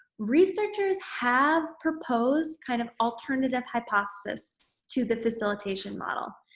researchers have proposed kind of alternative hypothesis to the facilitation model,